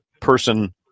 person